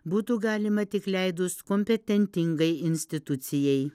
būtų galima tik leidus kompetentingai institucijai